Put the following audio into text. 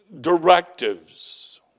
directives